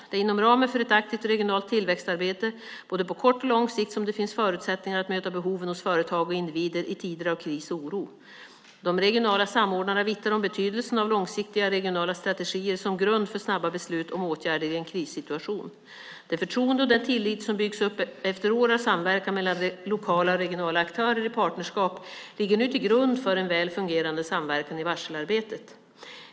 Det är inom ramen för ett aktivt regionalt tillväxtarbete både på kort och på lång sikt som det finns förutsättningar att möta behoven hos företag och individer i tider av kris och oro. De regionala samordnarna vittnar om betydelsen av långsiktiga regionala strategier som grund för snabba beslut om åtgärder i en krissituation. Det förtroende och den tillit som byggts upp efter år av samverkan mellan lokala och regionala aktörer i partnerskap ligger nu till grund för en väl fungerande samverkan i varselarbetet.